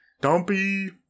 Dumpy